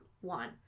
one